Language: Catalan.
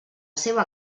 seva